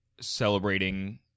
celebrating